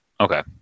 Okay